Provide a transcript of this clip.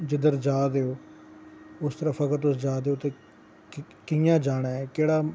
जिद्धर जा दे ओ उस तरफ अगर तुस जा दे हो कि'यां जाना ऐ केह्ड़ा